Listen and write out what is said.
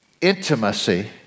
intimacy